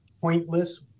pointless